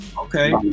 Okay